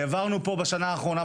העברנו פה בשנה האחרונה,